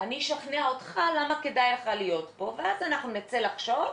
אני אשכנע אותך למה כדאי לך להיות פה ואז אנחנו נצא לחשוב